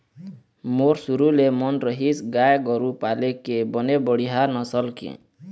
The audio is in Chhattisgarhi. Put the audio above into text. मोर शुरु ले मन रहिस गाय गरु पाले के बने बड़िहा नसल के